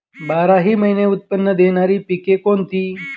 बाराही महिने उत्त्पन्न देणारी पिके कोणती?